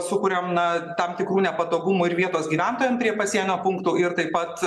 sukuriam na tam tikrų nepatogumų ir vietos gyventojam prie pasienio punktų ir taip pat